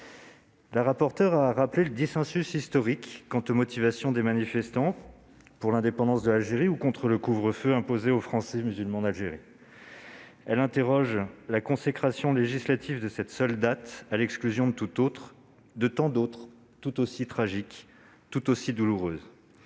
la rapporteure a rappelé le dissensus historique quant aux motivations des participants, qui manifestaient soit pour l'indépendance de l'Algérie, soit contre le couvre-feu imposé aux Français musulmans d'Algérie. Ce point fait s'interroger sur la consécration législative de cette seule date, à l'exclusion de tant d'autres tout aussi tragiques et douloureuses.